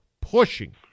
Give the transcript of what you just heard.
pushing